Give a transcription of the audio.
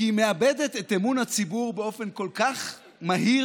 כי היא מאבדת את אמון הציבור באופן כל כך מהיר